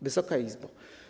Wysoka Izbo!